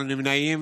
אנחנו נמנעים